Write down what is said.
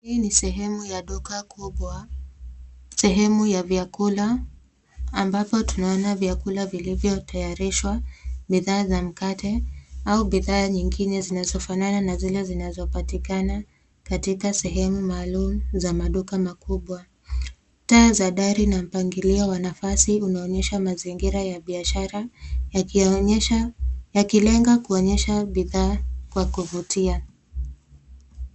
Hii ni sehemu ya duka kubwa, sehemu ya vyakula ambapo tunaona vyakula vilivyotayarishwa, bdhaa za mkate au bidhaa nyingine zinazofanana na zile zinazopatikana katika sehemu maalum za maduka makubwa. Taa za dari na mpangilio wa nafasi unaonyesha mazingira ya biashara yakilenga kuonyesha bidhaa kwa kuvutia.